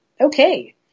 Okay